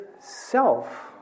self